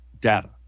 data